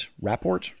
rapport